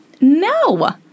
no